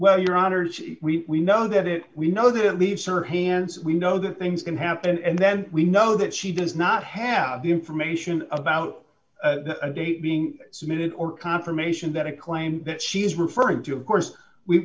well your honor we know that it we know that leave sir hands we know that things can happen and then we know that she does not have the information about a date being submitted or confirmation that a claim that she is referring to of course we